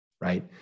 right